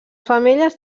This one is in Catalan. femelles